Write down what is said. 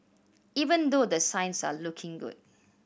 even though the signs are looking good